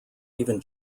even